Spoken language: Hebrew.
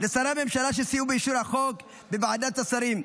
לשרי הממשלה שסייעו באישור החוק בוועדת השרים,